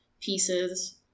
pieces